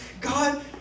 God